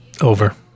over